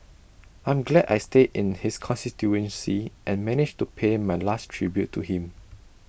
I'm glad I stay in his constituency and managed to pay my last tribute to him